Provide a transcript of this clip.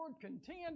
contend